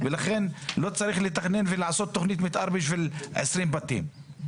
ולכן לא צריך לתכנן ולעשות תוכנית מתאר בשביל 20 בתים.